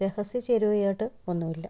രഹസ്യ ചേരുവയായിട്ട് ഒന്നുമില്ല